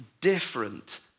different